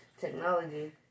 Technology